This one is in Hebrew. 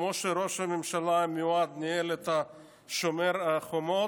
הצורה שבה ראש הממשלה המיועד ניהל את מבצע שומר חומות,